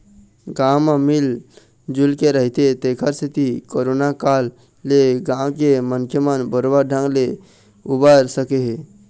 गाँव म मिल जुलके रहिथे तेखरे सेती करोना काल ले गाँव के मनखे मन बरोबर ढंग ले उबर सके हे